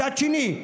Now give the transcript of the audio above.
מצד שני,